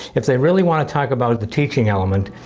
if they really want to talk about the teaching element,